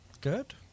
Good